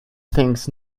thinks